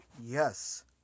Yes